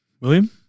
William